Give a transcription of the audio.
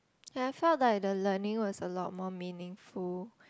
ya I found like the learning was a lot more meaningful